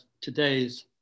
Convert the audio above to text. today's